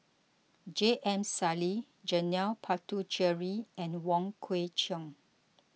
J M Sali Janil Puthucheary and Wong Kwei Cheong